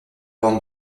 bande